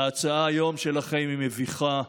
ההצעה שלכם היום היא מביכה.